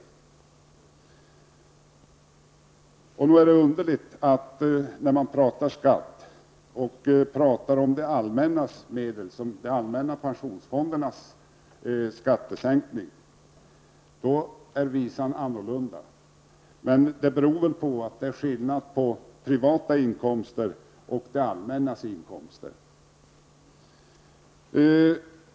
Nog är det underligt att när man diskuterar skatter, det allmännas medel och skattesänkningen beträffande de allmänna pensionsfonderna är tongångarna annorlunda. Men det beror väl på att det är skillnad mellan privata inkomster och det allmännas inkomster.